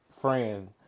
friends